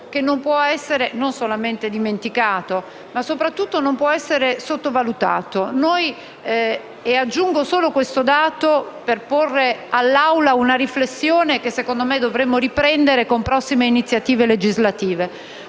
non può essere dimenticato, ma soprattutto non può essere sottovalutato. Aggiungo solo un dato per porre all'Assemblea una riflessione che - secondo me - dovremmo riprendere con prossime iniziative legislative.